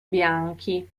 bianchi